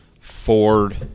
Ford